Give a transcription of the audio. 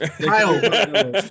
Kyle